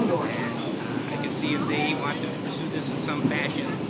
and i could see if they want to pursue this in some fashion,